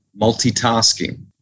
multitasking